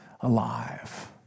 alive